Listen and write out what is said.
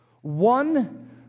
one